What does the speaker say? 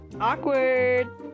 Awkward